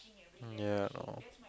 ya